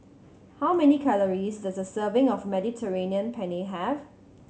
how many calories does a serving of Mediterranean Penne have